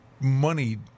money